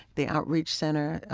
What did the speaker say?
the outreach center,